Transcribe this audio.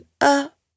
up